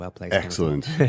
excellent